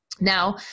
Now